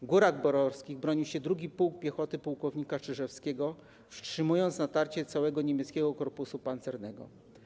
W Górach Borowskich bronił się 2. Pułk Piechoty płk. Czyżewskiego, wstrzymując natarcie całego niemieckiego korpusu pancernego.